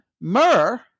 Myrrh